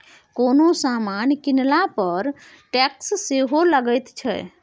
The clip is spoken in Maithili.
कोनो समान कीनला पर टैक्स सेहो लगैत छै